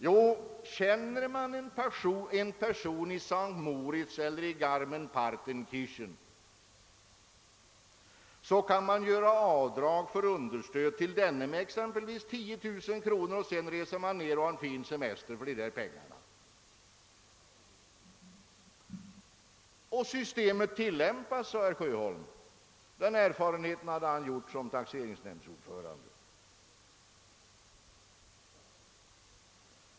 Jo, känner man en person i S:t Moritz eller i Garmisch-Partenkirchen kan man göra avdrag för understöd till denne med exempelvis 10 000 kronor, och sedan reser man ned och har en fin semester för dessa pengar. Systemet tilllämpas, sade herr Sjöholm; den erfarenheten hade han gjort som taxeringsnämndsordförande.